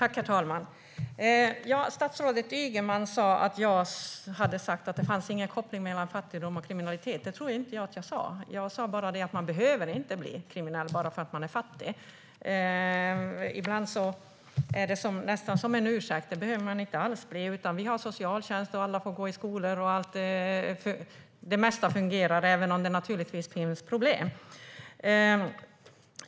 Herr talman! Statsrådet Ygeman sa att jag hade sagt att det inte fanns någon koppling mellan fattigdom och kriminalitet. Det tror jag inte att jag sa. Jag sa att man inte behöver bli kriminell bara för att man är fattig. Ibland använder man det nästan som en ursäkt, men man behöver inte alls bli kriminell. Det finns socialtjänst, alla får gå i skolan och det mesta fungerar, även om det naturligtvis finns problem.